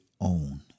own